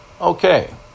Okay